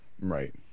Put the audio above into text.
Right